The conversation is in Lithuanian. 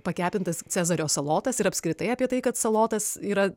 pakepintas cezario salotas ir apskritai apie tai kad salotas yra